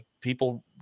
people